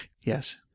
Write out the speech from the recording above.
yes